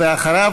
ואחריו,